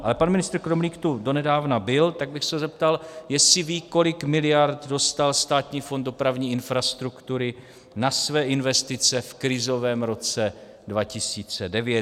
Ale pan ministr Kremlík tu donedávna byl, tak bych se zeptal, jestli ví, kolik miliard dostal Státní fond dopravní infrastruktury na své investice v krizovém roce 2009.